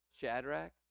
Shadrach